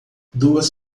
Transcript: duas